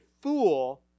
fool